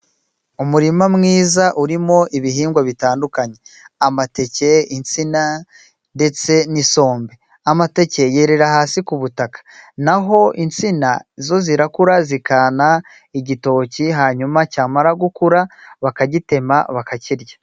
Umurima mwiza urimo ibihingwa bitandukanye:amateke, insina ndetse n'isombe. Amateke yerera hasi ku butaka. Naho insina zo zirakura zikana igitoki hanyuma cyamara gukura bakagitema bakakirya.